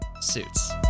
Suits